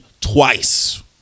twice